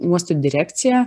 uosto direkcija